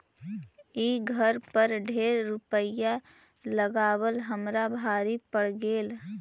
ई घर पर ढेर रूपईया लगाबल हमरा भारी पड़ गेल